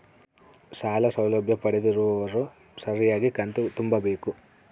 ಸಾಲ ಸೌಲಭ್ಯ ಪಡೆದಿರುವವರು ಸರಿಯಾಗಿ ಕಂತು ತುಂಬಬೇಕು?